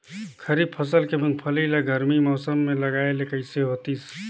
खरीफ फसल के मुंगफली ला गरमी मौसम मे लगाय ले कइसे होतिस?